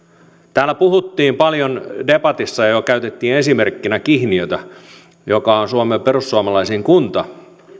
täällä puhuttiin paljon debatissa jo käytettiin esimerkkinä kihniötä joka on suomen perussuomalaisin kunta